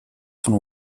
von